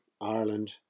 Ireland